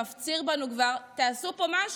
מפציר בנו כבר: תעשו פה משהו,